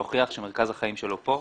להוכיח שמרכז החיים שלו פה.